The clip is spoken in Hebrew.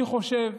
אני חושב,